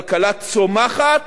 כלכלה צומחת